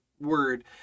word